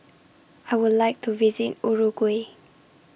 I Would like to visit Uruguay